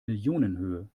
millionenhöhe